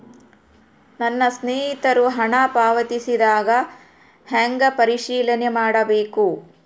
ನನ್ನ ಸ್ನೇಹಿತರು ಹಣ ಪಾವತಿಸಿದಾಗ ಹೆಂಗ ಪರಿಶೇಲನೆ ಮಾಡಬೇಕು?